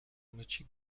mycie